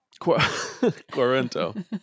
Quarento